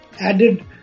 added